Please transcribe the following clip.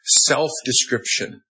self-description